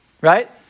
right